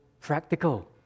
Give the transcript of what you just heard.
practical